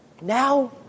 Now